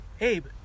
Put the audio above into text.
Abe